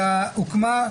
הינה,